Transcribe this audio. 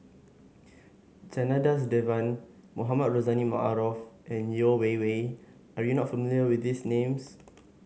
Janadas Devan Mohamed Rozani Maarof and Yeo Wei Wei are you not familiar with these names